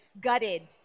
gutted